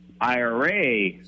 IRA